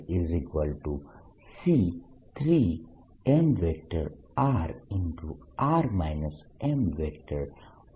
r r mr3 છે